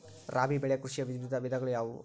ರಾಬಿ ಬೆಳೆ ಕೃಷಿಯ ವಿವಿಧ ವಿಧಗಳು ಯಾವುವು?